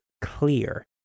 clear